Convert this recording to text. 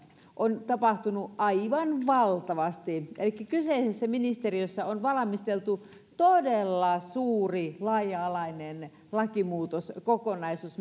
on tapahtunut aivan valtavasti elikkä kyseisessä ministeriössä on valmisteltu todella suuri laaja alainen lakimuutoskokonaisuus